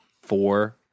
four